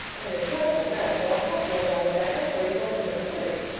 i'm in a dreadful mess but i'll have to run down as i am, for he's always in a hurry.